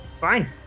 Fine